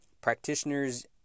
practitioners